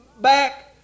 back